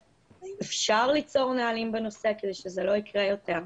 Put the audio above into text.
האם אפשר ליצור נהלים בנושא כדי שזה לא יקרה יותר.